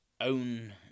own